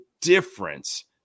difference